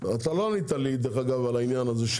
לא ענית לי על העניין הזה,